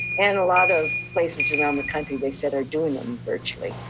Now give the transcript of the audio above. and a lot of places around the country, they said, are doing them virtually.